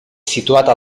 situata